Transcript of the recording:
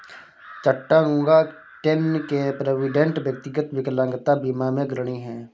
Chattanooga, Tenn के Provident, व्यक्तिगत विकलांगता बीमा में अग्रणी हैं